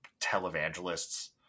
televangelist's